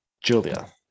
Julia